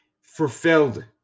Fulfilled